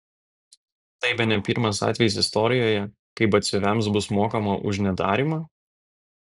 tai bene pirmas atvejis istorijoje kai batsiuviams bus mokama už nedarymą